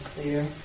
clear